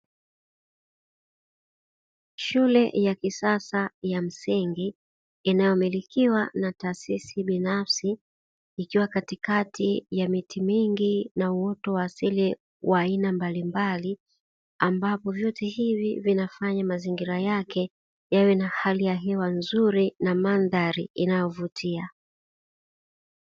Shule ya kisasa ya msingi inayomilikiwa na taasisi binafsi, katikati ya miti mingi na uoto wa asili wa aina mbalimbali. Ambapo vyote hivi vinafanya mazingira yake yawe na hali ya hewa nzuri na mandhari inayovutia.